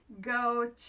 go